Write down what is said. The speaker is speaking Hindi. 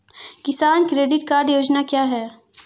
किसान क्रेडिट कार्ड योजना क्या है?